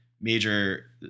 Major